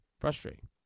Frustrating